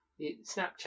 Snapchat